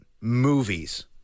movies